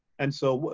and so,